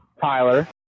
Tyler